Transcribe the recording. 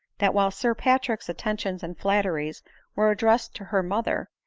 that while sir patrick's attentions and flatteries were addressed to her mother,